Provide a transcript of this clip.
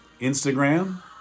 Instagram